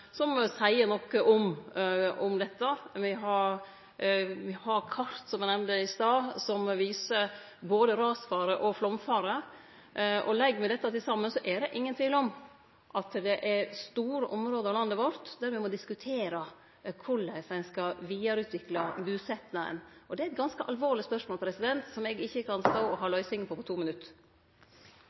viser både rasfare og flaumfare. Legg me dette saman, er det ingen tvil om at når det gjeld store område av landet vårt, må me diskutere korleis ein skal vidareutvikle busetnaden. Det er eit ganske alvorleg spørsmål, som eg ikkje kan stå og ha løysinga på på 2 minutt.